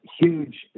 huge